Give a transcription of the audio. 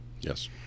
Yes